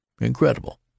incredible